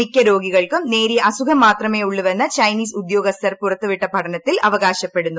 മിക്ക രോഗികൾക്കും നേരിയ അസുഖം മാത്രമേ ഉള്ളൂവെന്ന് ചൈനീസ് ഉദ്യോഗസ്ഥർ പുറത്തുവിട്ട പഠനത്തിൽ അവകാശപ്പെടുന്നു